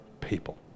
people